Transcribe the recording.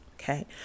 Okay